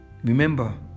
Remember